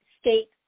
state